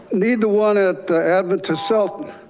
need the one at the advent to sell.